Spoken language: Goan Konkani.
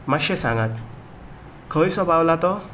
मातशे सांगात खंयसो पावला तो